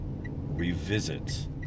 revisit